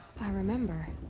i remember.